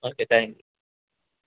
okay thank you